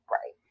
Right